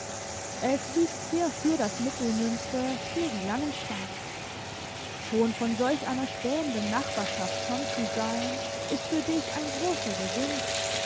es wiegt sehr für das mittelmünster gegen langenstein schon von solch einer spähenden nachbarschaft fern zu sein ist für dich ein großer gewinn